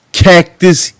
cactus